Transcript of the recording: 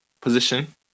position